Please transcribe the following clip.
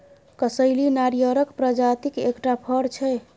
कसैली नारियरक प्रजातिक एकटा फर छै